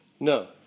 No